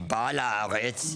היא באה לארץ,